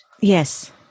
Yes